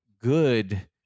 good